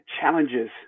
challenges